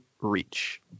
reach